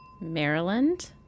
Maryland